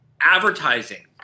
advertising